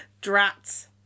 Drat